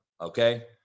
okay